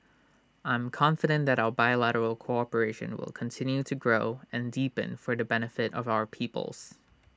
I am confident that our bilateral cooperation will continue to grow and deepen for the benefit of our peoples